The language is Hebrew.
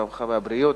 הרווחה והבריאות.